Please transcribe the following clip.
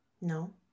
No